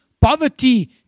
poverty